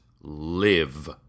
live